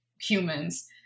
humans